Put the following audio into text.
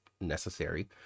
necessary